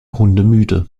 hundemüde